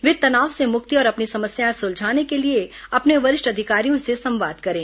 वे तनाव से मुक्ति और अपनी समस्याएं सुलझाने के लिए अपने वरिष्ठ अधिकारियों से संवाद करें